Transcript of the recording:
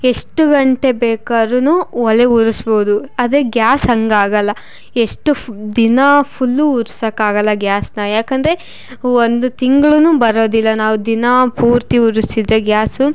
ಎಷ್ಟು ಗಂಟೆ ಬೇಕಾರು ಒಲೆ ಉರಿಸ್ಬೋದು ಆದರೆ ಗ್ಯಾಸ್ ಹಂಗೆ ಆಗಲ್ಲ ಎಷ್ಟು ದಿನ ಫುಲ್ಲು ಉರಿಸಕ್ಕಾಗಲ್ಲ ಗ್ಯಾಸನ್ನ ಯಾಕಂದರೆ ಒಂದು ತಿಂಗ್ಳು ಬರೋದಿಲ್ಲ ನಾವು ದಿನಪೂರ್ತಿ ಉರಿಸಿದರೆ ಗ್ಯಾಸು